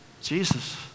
Jesus